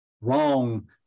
wrong